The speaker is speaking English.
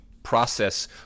process